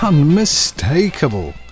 unmistakable